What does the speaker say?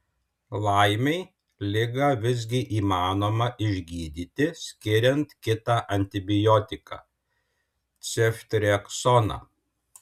laimei ligą visgi įmanoma išgydyti skiriant kitą antibiotiką ceftriaksoną